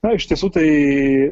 na iš tiesų tai